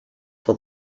for